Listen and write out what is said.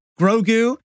Grogu